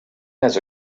has